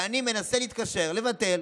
ואני מנסה להתקשר לבטל,